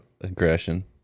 aggression